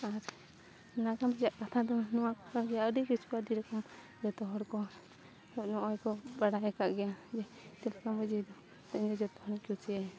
ᱟᱨ ᱱᱟᱜᱟᱢ ᱨᱮᱭᱟᱜ ᱠᱟᱛᱷᱟ ᱫᱚ ᱱᱚᱣᱟ ᱠᱚ ᱠᱟᱱᱜᱮᱭᱟ ᱟᱹᱰᱤ ᱠᱤᱪᱷᱩ ᱟᱹᱰᱤ ᱨᱚᱠᱚᱢ ᱡᱚᱛᱚ ᱦᱚᱲ ᱠᱚ ᱱᱚᱜᱼᱚᱭ ᱠᱚ ᱵᱟᱲᱟᱭ ᱟᱠᱟᱫ ᱜᱮᱭᱟ ᱡᱮ ᱛᱤᱞᱠᱟᱹ ᱢᱟᱹᱡᱷᱤ ᱫᱚ ᱡᱚᱛᱚ ᱦᱚᱲ ᱠᱷᱚᱱᱤᱧ ᱠᱩᱥᱤᱭᱟᱭᱟ